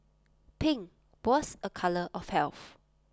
pink was A colour of health